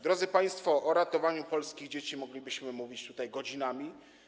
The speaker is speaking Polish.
Drodzy państwo, o ratowaniu polskich dzieci moglibyśmy mówić tutaj godzinami.